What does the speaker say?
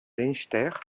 leinster